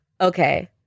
okay